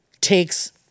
takes